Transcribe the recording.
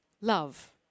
love